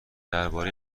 درباره